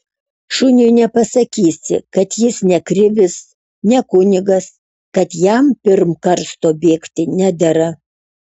šuniui nepasakysi kad jis ne krivis ne kunigas kad jam pirm karsto bėgti nedera